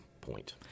point